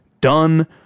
Done